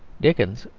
dickens,